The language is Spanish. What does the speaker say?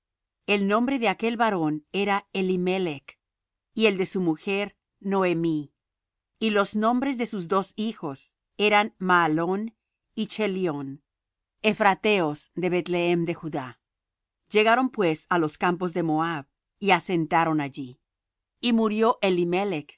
el nombre de aquel varón era elimelech y el de su mujer noemi y los nombres de sus dos hijos eran mahalón y chelión ephrateos de beth-lehem de judá llegaron pues á los campos de moab y asentaron allí y murió elimelech